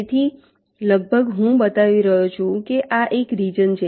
તેથી લગભગ હું બતાવી રહ્યો છું કે આ એક રિજન છે